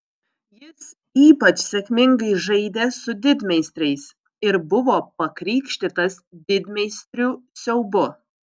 jis ypač sėkmingai žaidė su didmeistriais ir buvo pakrikštytas didmeistrių siaubu